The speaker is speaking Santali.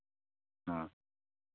ᱦᱮᱸ